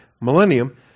millennium